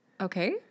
Okay